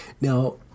Now